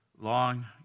long